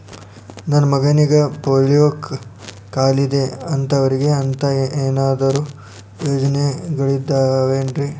ನನ್ನ ಮಗನಿಗ ಪೋಲಿಯೋ ಕಾಲಿದೆ ಅಂತವರಿಗ ಅಂತ ಏನಾದರೂ ಯೋಜನೆಗಳಿದಾವೇನ್ರಿ?